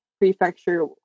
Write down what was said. prefecture